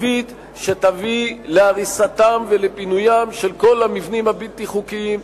עקבית שתביא להריסתם ולפינוים של כל המבנים הבלתי-חוקיים,